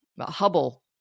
Hubble